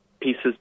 pieces